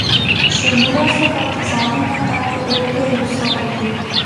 šimuliuose partizanai neteko ir dviejų savųjų